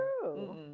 True